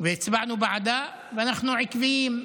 והצבענו בעדה, ואנחנו עקביים,